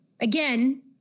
again